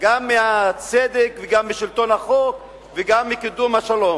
גם מהצדק, וגם משלטון החוק וגם מקידום השלום.